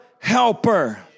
helper